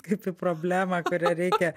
kaip į problemą kurią reikia